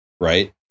Right